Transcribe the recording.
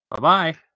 Bye-bye